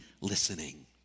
listening